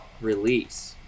release